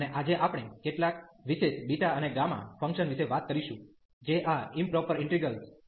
અને આજે આપણે કેટલાક વિશેષ બીટા અને ગામા ફંક્શન વિશે વાત કરીશું જે આ ઈમપ્રોપર ઇન્ટિગ્રેલ્સ ના વર્ગમાં આવે છે